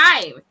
time